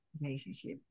relationship